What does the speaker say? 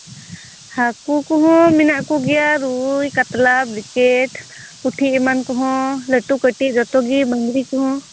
ᱦᱟᱹᱠᱩ ᱠᱚᱦᱚᱸ ᱢᱮᱱᱟᱜ ᱠᱚᱜᱮᱭᱟ ᱨᱩᱭ ᱠᱟᱛᱞᱟ ᱵᱤᱠᱮᱹᱴ ᱯᱩᱴᱷᱤ ᱮᱢᱟᱱ ᱠᱚᱦᱚᱸ ᱞᱟᱹᱴᱩ ᱠᱟᱹᱴᱤᱡ ᱡᱚᱛᱚ ᱜᱮ ᱢᱟᱹᱜᱽᱨᱤ ᱠᱚᱦᱚᱸ